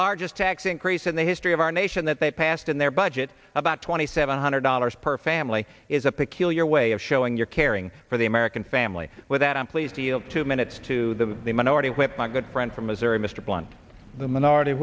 largest tax increase in the history of our nation that they passed in their budget about twenty seven hundred dollars per family is a peculiar way of showing your caring for the american family with that i'm pleased to yield two minutes to the the minority whip my good friend from missouri mr blunt the minority